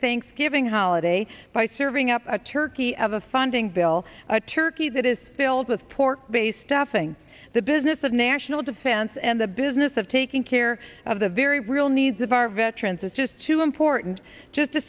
thanksgiving holiday by serving up a turkey of a funding bill a turkey that is filled with pork based staffing the business of national defense and the business of taking care of the very real needs of our veterans is just too important just to